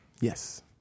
Yes